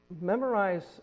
memorize